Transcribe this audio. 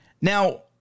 Now